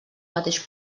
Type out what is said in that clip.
mateix